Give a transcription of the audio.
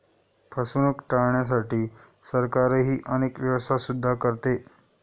फसवणूक टाळण्यासाठी सरकारही अनेक व्यवस्था सुद्धा करते